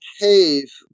cave